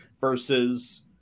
versus